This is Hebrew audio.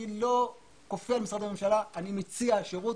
אני לא כופה על משרד ממשלה אלא אני מציע שירו.